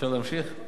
אפשר להמשיך?